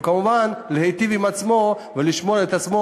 וכמובן להיטיב עם עצמו ולשמור את עצמו